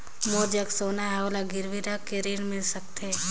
मोर जग सोना है ओला गिरवी रख के ऋण मिल सकथे?